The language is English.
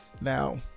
Now